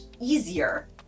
easier